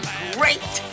great